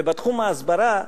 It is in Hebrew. ובתחום ההסברה,